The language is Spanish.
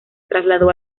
trasladó